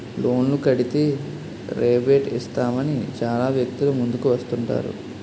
లోన్లు కడితే రేబేట్ ఇస్తామని చాలా వ్యక్తులు ముందుకు వస్తుంటారు